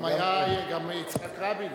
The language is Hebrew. גם יצחק רבין.